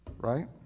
Right